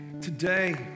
Today